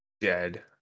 Dead